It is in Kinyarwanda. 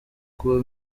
kuba